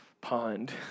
pond